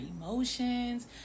emotions